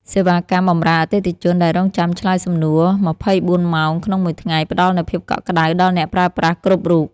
សេវាកម្មបម្រើអតិថិជនដែលរង់ចាំឆ្លើយសំណួរម្ភៃបួនម៉ោងក្នុងមួយថ្ងៃផ្ដល់នូវភាពកក់ក្ដៅដល់អ្នកប្រើប្រាស់គ្រប់រូប។